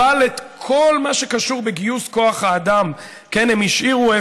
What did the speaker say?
אבל את כל מה שקשור בגיוס כוח האדם הם השאירו,